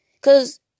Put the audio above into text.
Cause